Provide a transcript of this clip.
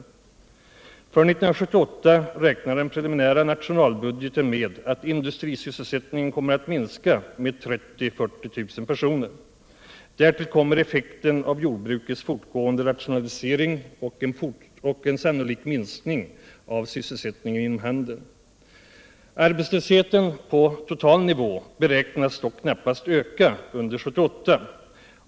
För 1978 räknar den preliminära nationalbudgeten med att industrisysselsättningen kommer att minska med 30 000-40 000 personer. Därtill kommer effekten av jordbrukets fortgående rationalisering och en sannolik minskning av sysselsättningen inom handeln. Arbetslösheten ”på total nivå” beräknas dock knappast öka under 1978.